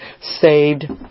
saved